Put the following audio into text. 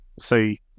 see